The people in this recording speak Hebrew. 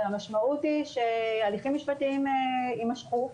המשמעות היא שהליכים משפטיים יימשכו.